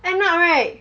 end up right